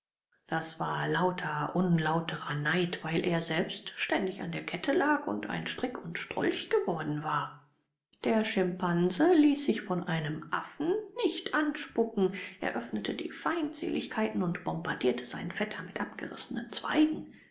das war lauter unlauterer neid weil er selbst ständig an der kette lag und ein strick und strolch geworden war der schimpanse ließ sich von einem affen nicht anspucken eröffnete die feindseligkeiten und bombardierte seinen vetter mit abgerissenen zweigen